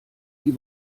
die